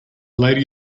lady